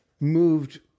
moved